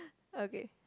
okay